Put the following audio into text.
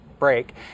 break